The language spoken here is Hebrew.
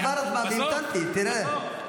עבר הזמן והמתנתי, תראה.